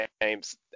games